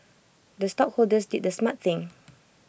the stockholders did the smart thing